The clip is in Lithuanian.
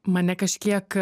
mane kažkiek